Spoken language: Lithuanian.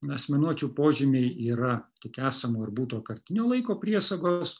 asmenuočių požymiai yra tik esamo ir būtojo kartinio laiko priesagos